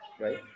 right